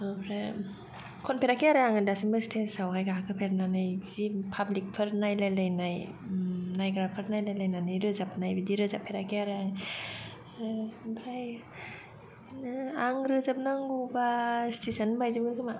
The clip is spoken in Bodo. खनफेराखै आरो आङो दासिमबो स्टेजाव हाय गाखोफेरनानै जि पाब्लिकफोर नायलाय लायनाय नायग्राफोर नायलाय लायनानै रोजाबनाय बिदि रोजाबफेराखै आरो आङो आमफ्राय बिदिनो आं रोजाबनांगौबा स्टेजानो बायजोबगोन खोमा